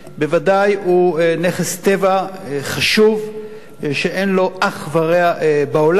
בוודאי הוא נכס טבע חשוב שאין לו אח ורע בעולם,